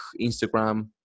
Instagram